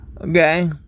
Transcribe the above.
Okay